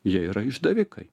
jie yra išdavikai